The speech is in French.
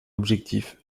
objectif